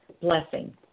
blessing